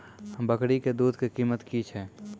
बकरी के दूध के कीमत की छै?